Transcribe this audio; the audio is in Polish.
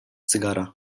cygara